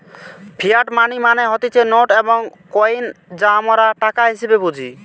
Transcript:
fiat money মানে হতিছে note এবং কইন যা আমরা টাকা হিসেবে বুঝি